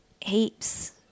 Heaps